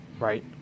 right